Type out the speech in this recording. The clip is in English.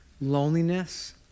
loneliness